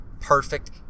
perfect